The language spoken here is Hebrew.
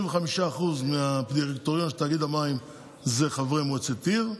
25% מהדירקטוריון של תאגיד המים הם חברי מועצת עיר,